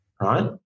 right